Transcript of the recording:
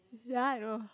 ya I know